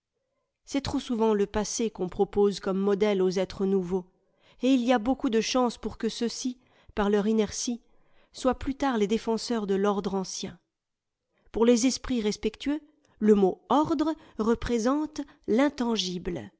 c'est trop souvent le passé qu'on propose comme modèle aux êtres nouveaux et il y a beaucoup de chances pour que ceux-ci par leur inertie soient plus tard les défenseurs de l'ordre ancien pour les esprits respectueux le mot ordre représente